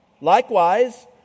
Likewise